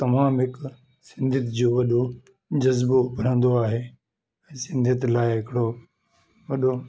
तमामु हिकु सिंधीयत जो वॾो जज़बो रहंदो आहे ऐं सिंधीयत लाइ हिकिड़ो वॾो